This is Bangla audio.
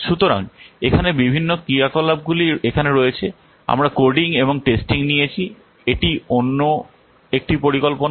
সুতরাং এখানে বিভিন্ন ক্রিয়াকলাপগুলি এখানে রয়েছে আমরা কোডিং এবং টেস্টিং নিয়েছি এটি একটি অন্য পরিকল্পনা